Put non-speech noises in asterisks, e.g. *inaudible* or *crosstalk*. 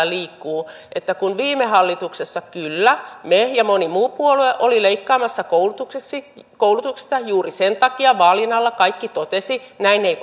*unintelligible* liikkuu kun viime hallituksessa kyllä me ja moni muu puolue oli leikkaamassa koulutuksesta niin juuri sen takia vaalien alla kaikki totesivat että näin ei *unintelligible*